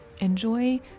Enjoy